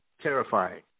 terrifying